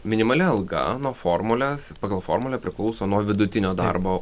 minimali alga nuo formules pagal formulę priklauso nuo vidutinio darbo